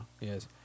Yes